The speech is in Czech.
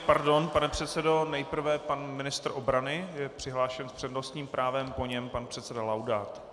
Pardon, pane předsedo, nejprve pan ministr obrany je přihlášen s přednostním právem, po něm pan předseda Laudát.